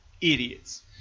idiots